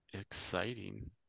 Exciting